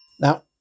Now